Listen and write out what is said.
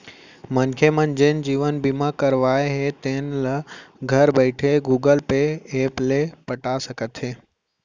मनखे मन जेन जीवन बीमा करवाए हें तेल ल घर बइठे गुगल पे ऐप ले पटा सकथे